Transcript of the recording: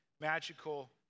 magical